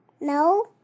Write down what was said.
No